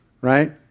right